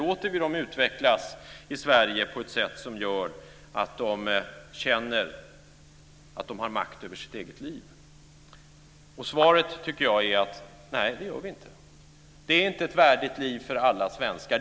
Låter vi dem utvecklas i Sverige på ett sätt som gör att de känner att de har makt över sitt eget liv? Svaret tycker jag är: Nej, det gör vi inte. Det är inte ett värdigt liv för alla svenskar.